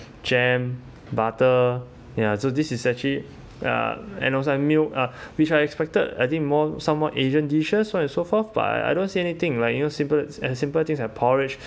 jam butter ya so this is actually uh and also milk uh which I expected I think more some more asian dishes so and so far but I don't see anything like you know simple as simple things as porridge